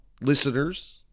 listeners